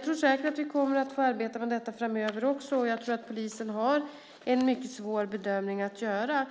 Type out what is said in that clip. kommer säkert att få arbeta med detta framöver också, och jag tror att polisen har en mycket svår bedömning att göra.